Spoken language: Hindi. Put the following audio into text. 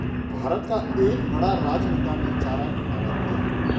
भारत का एक बड़ा राजनेता ने चारा घोटाला किया